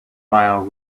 file